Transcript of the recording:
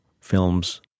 films